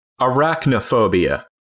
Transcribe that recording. Arachnophobia